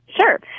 Sure